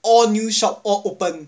all new shop all open